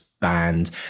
banned